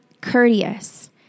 courteous